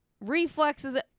reflexes